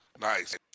Nice